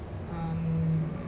um